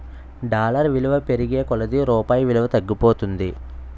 dollar విలువ పెరిగే కొలది రూపాయి విలువ తగ్గిపోతుంది